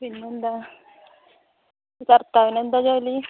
പിന്നെ എന്താണ് ഭർത്താവിന് എന്താണ് ജോലി